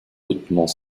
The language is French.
hautement